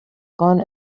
gone